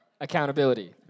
Accountability